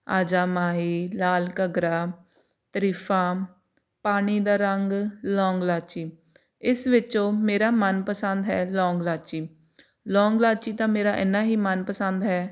ਆ ਜਾ ਮਾਹੀ ਲਾਲ ਘੱਗਰਾ ਤਰੀਫਾਂ ਪਾਣੀ ਦਾ ਰੰਗ ਲੌਂਗ ਲਾਚੀ ਇਸ ਵਿੱਚੋਂ ਮੇਰਾ ਮਨਪਸੰਦ ਹੈ ਲੌਂਗ ਲਾਚੀ ਲੌਂਗ ਲਾਚੀ ਤਾਂ ਮੇਰਾ ਐਨਾ ਹੀ ਮਨਪਸੰਦ ਹੈ